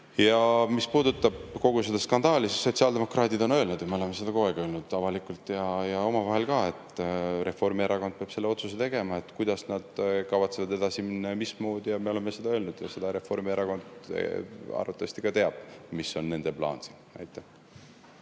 Mis puudutab kogu seda skandaali, siis sotsiaaldemokraadid on öelnud, me oleme seda kogu aeg öelnud, avalikult ja omavahel ka, et Reformierakond peab selle otsuse tegema, kuidas nad kavatsevad edasi minna. Me oleme seda öelnud ja Reformierakond arvatavasti ka teab, mis on nende plaan. Aitäh!